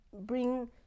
bring